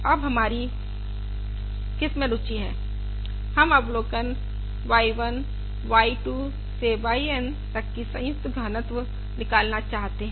अब हमारी किसमें रुचि है हम अवलोकन y 1 y 2 से yN तक की संयुक्त घनत्व निकालना चाहते हैं